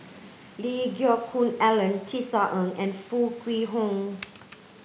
Lee Geck Hoon Ellen Tisa Ng and Foo Kwee Horng